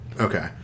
Okay